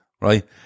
right